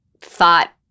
thought